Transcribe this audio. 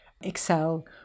excel